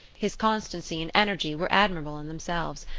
his constancy and energy were admirable in themselves,